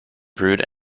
brewed